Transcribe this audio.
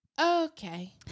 Okay